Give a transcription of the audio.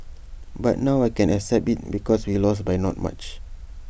but now I can accept IT because we lost by not much